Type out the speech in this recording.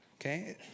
Okay